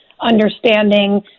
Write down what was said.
understanding